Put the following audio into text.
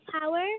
power